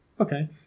Okay